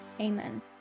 Amen